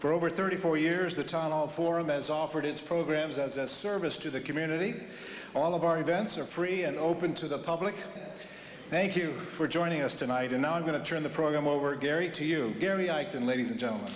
for over thirty four years the time of forum has offered its programs as a service to the community all of our events are free and open to the public thank you for joining us tonight and i'm going to turn the program over gary to you gary i can ladies and gentlemen